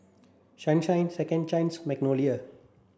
Sunshine Second Chance Magnolia